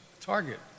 target